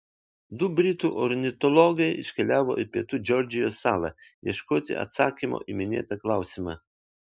du britų ornitologai iškeliavo į pietų džordžijos salą ieškoti atsakymo į minėtą klausimą